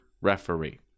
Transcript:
referee